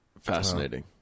Fascinating